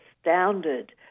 astounded